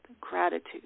gratitude